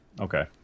okay